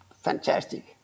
fantastic